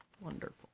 Wonderful